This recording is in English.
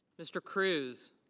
mr. cruz.